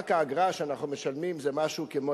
רק האגרה שאנחנו משלמים זה משהו כמו,